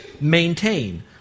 Maintain